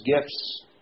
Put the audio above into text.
gifts